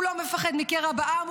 הוא לא מפחד מקרע בעם,